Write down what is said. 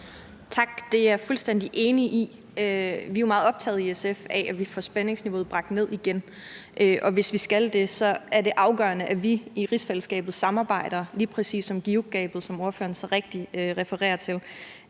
Tak. Det er jeg fuldstændig enig i. Vi er jo i SF meget optaget af, at vi får spændingsniveauet bragt ned igen, og hvis vi skal kunne det, er det afgørende, at vi i rigsfællesskabet samarbejder lige præcis om GIUK-gabet, som ordføreren så rigtigt refererer til.